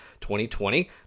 2020